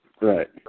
right